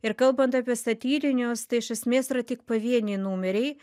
ir kalbant apie satyrinius tai iš esmės yra tik pavieniai numeriai